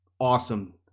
awesome